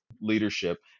leadership